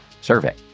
survey